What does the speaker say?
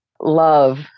love